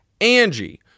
Angie